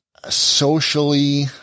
socially